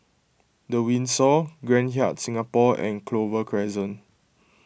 the Windsor Grand Hyatt Singapore and Clover Crescent